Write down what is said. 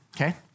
okay